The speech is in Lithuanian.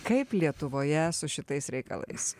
kaip lietuvoje su šitais reikalais